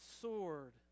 sword